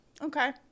Okay